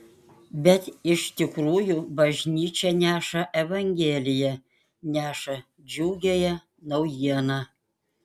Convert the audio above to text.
bet iš tikrųjų bažnyčia neša evangeliją neša džiugiąją naujieną